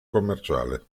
commerciale